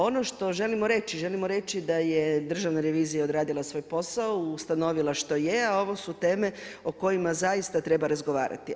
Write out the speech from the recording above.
Ono što želimo reći, želimo reći da je Državna revizija odradila svoj posao, ustanovila što je, a ovo su teme o kojima treba razgovarati.